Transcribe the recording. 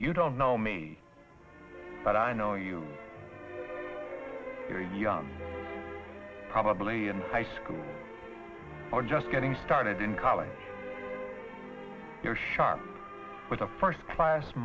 you don't know me but i know you are young probably in high school or just getting started in college you're sharp with a first class